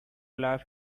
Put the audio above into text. laugh